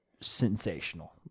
sensational